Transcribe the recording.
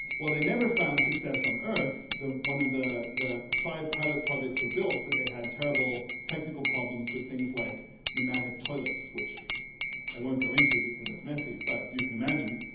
while they never found success on earth, one of the the five pilot projects were built but they had terrible technical problems with things like pneumatic toilets which i won't go into because it's messy, but you can imagine.